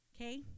okay